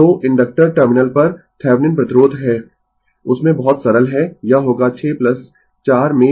तो inductor terminal पर Thevenin प्रतिरोध है उसमें बहुत सरल है यह होगा 6 4 में 24 2